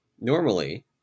Normally